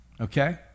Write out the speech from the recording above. Okay